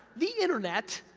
the internet,